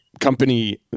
company